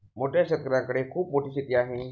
मोठ्या शेतकऱ्यांकडे खूप मोठी शेती आहे